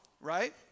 right